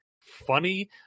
funny